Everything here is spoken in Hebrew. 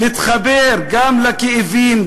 להתחבר גם לכאבים,